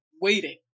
waiting